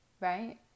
Right